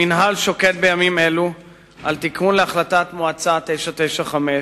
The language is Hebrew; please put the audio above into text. המינהל שוקד בימים אלו על תיקון להחלטת המועצה 995,